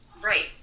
Right